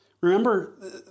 Remember